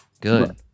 Good